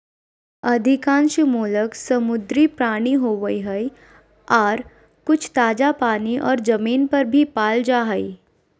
अधिकांश मोलस्क समुद्री प्राणी होवई हई, आर कुछ ताजा पानी आर जमीन पर भी पाल जा हई